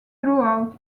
throughout